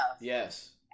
Yes